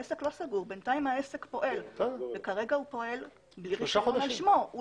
העסק לא סגור אלא הוא פועל וכרגע הוא פועל בלי רישיון על שמו.